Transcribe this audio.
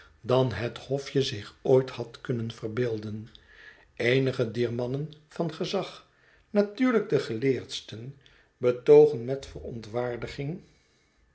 dan het hofje zich ooit had kunnen verbeelden eenigen dier mannen van gezag natuurlijk de geleerdsten betoogen met verontwaardiging